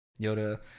Yoda